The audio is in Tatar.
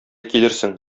килерсең